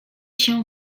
się